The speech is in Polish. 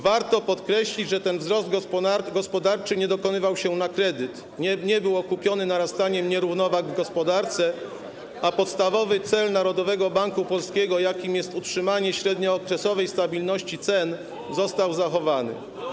Warto podkreślić, że ten wzrost gospodarczy nie dokonywał się na kredyt, nie był okupiony narastaniem nierównowag w gospodarce, a podstawowy cel Narodowego Banku Polskiego, jakim jest utrzymanie średniookresowej stabilności cen, został zachowany.